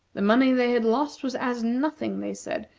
the money they had lost was as nothing, they said,